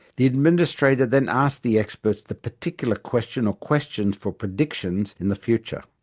the administrator then asks the experts the particular question or questions for predictions in the future.